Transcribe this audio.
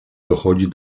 dochodzi